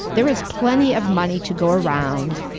there is plenty of money to go around,